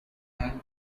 antimony